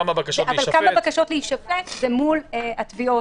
אבל כמה בקשות להישפט היו זה מול התביעה